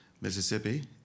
Mississippi